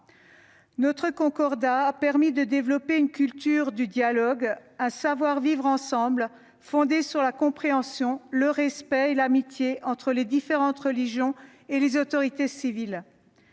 Notre concordat a permis de développer une culture du dialogue, un savoir-vivre ensemble fondé sur la compréhension, le respect et l'amitié entre les différentes religions et les autorités « civiles